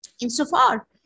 Insofar